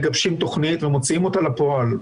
מגבשים תוכנית ומוציאים אותה לפועל.